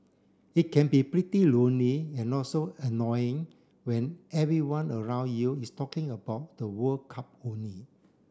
it can be pretty lonely and also annoying when everyone around you is talking about the World Cup only